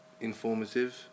informative